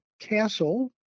castle